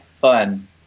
fun